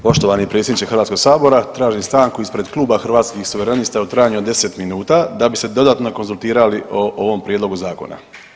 Poštovani predsjedniče Hrvatskog sabora, tražim stanku ispred Kluba Hrvatskih suverenista u trajanju od 10 minuta da bi se dodatno konzultirali o ovom prijedlogu zakona.